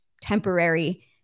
temporary